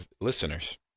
listeners